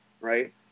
right